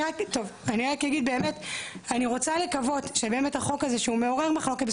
אני רק אומר שאני רוצה לקוות שבאמת החוק הזה שהוא מעורר מחלוקת,